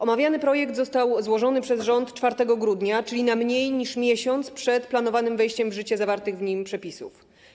Omawiany projekt został złożony przez rząd 4 grudnia, czyli mniej niż miesiąc przed planowanym wejściem w życie zawartych w nim przepisów.